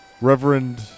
Reverend